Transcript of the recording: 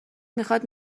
میخاد